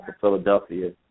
Philadelphia